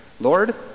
Lord